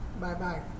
Bye-bye